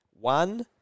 One